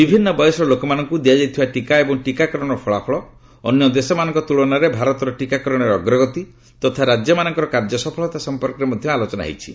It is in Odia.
ବିଭିନ୍ନ ବୟସର ଲୋକମାନଙ୍କୁ ଦିଆଯାଇଥିବା ଟିକା ଏବଂ ଟିକାକରଣର ଫଳାଫଳ ଅନ୍ୟଦେଶ ମାନଙ୍କ ତୁଳନାରେ ଭାରତର ଟିକାକରଣରେ ଅଗ୍ରଗତି ତଥା ରାଜ୍ୟମାନଙ୍କର କାର୍ଯ୍ୟ ସଫଳତା ସମ୍ପର୍କରେ ମଧ୍ୟ ଆଲୋଚନା ହୋଇଛି